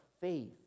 faith